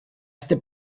este